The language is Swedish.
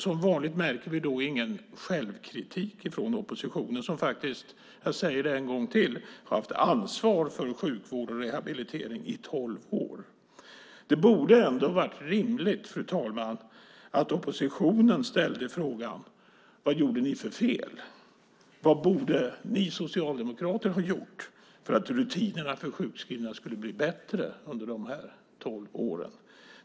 Som vanligt märker vi ingen självkritik från oppositionen som faktiskt, jag säger det en gång till, haft ansvar för sjukvård och rehabilitering i tolv år. Fru talman! Det borde vara rimligt att oppositionen ställer frågan om vad man gjorde för fel. Vad borde ni socialdemokrater ha gjort för att rutinerna för de sjukskrivna skulle bli bättre under de här tolv åren?